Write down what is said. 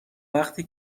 وقتی